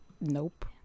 Nope